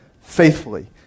faithfully